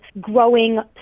growing